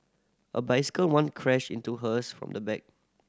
a bicycle once crashed into hers from the back